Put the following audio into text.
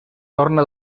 torna